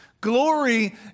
Glory